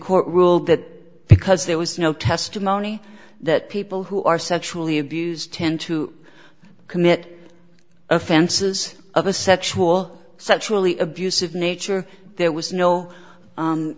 court ruled that because there was no testimony that people who are sexually abused tend to commit offenses of a sexual sexually abusive nature there was no